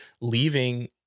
leaving